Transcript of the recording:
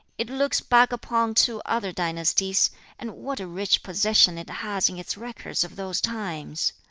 it looks back upon two other dynasties and what a rich possession it has in its records of those times!